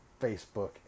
Facebook